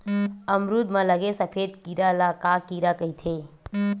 अमरूद म लगे सफेद कीरा ल का कीरा कइथे?